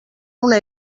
una